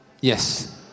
Yes